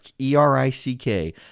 E-R-I-C-K